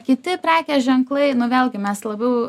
kiti prekės ženklai nu vėlgi mes labiau